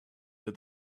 that